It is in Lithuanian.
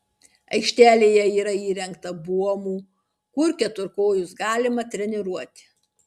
aikštelėje yra įrengta buomų kur keturkojus galima treniruoti